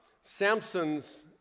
Samson's